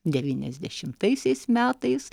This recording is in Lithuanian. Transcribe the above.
devyniasdešimtaisiais metais